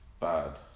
bad